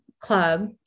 club